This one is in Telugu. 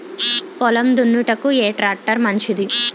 పొలం దున్నుటకు ఏ ట్రాక్టర్ మంచిది?